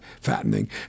fattening